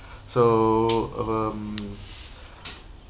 so um